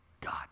God